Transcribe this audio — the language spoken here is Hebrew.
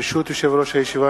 ברשות יושב-ראש הישיבה,